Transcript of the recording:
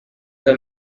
the